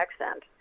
accent